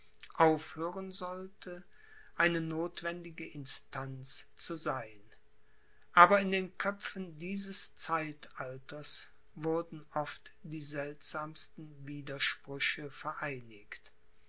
aufhören sollte eine notwendige instanz zu sein aber in den köpfen dieses zeitalters wurden oft die seltsamsten widersprüche vereinigt